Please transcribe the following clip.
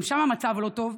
שגם שם המצב לא טוב,